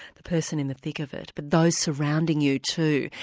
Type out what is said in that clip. the person in the thick of it, but those surrounding you too.